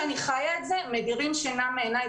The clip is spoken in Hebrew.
למרות שאני חיה את זה, מדירים שינה מעיניי.